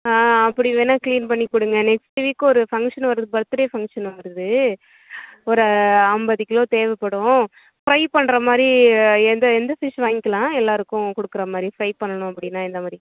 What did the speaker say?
ஆ அப்படி வேணா க்ளீன் பண்ணி கொடுங்க நெக்ஸ்ட் வீக் ஒரு ஃபங்க்ஷன் வருது பர்த்டே ஃபங்க்ஷன் வருது ஒரு ஐம்பது கிலோ தேவைப்படும் ஃப்ரை பண்ணுறமாரி எந்த எந்த ஃபிஷ் வாங்கிக்கலாம் எல்லாருக்கும் கொடுக்குறா மாதிரி ஃப்ரை பண்ணனும் அப்படின்னா எந்தமாதிரி